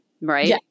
right